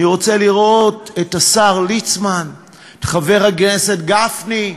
אני רוצה לראות את השר ליצמן, את חבר הכנסת גפני,